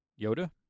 Yoda